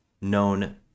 known